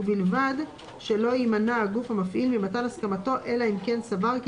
ובלבד שלא יימנע הגוף המפעיל ממתן הסכמתו אלא אם כן סבר כי